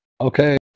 Okay